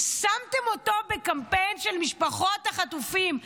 שמתם אותו בקמפיין של משפחות החטופים.